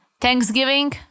Thanksgiving